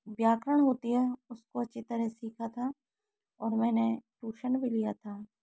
व्याकरण होती है उसको अच्छी तरह सीखा था और मैंने ट्यूशन भी लिया था